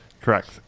Correct